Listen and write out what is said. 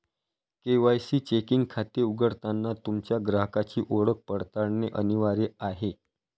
KYC checking खाते उघडताना तुमच्या ग्राहकाची ओळख पडताळणे अनिवार्य आहे